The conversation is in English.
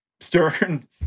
Stern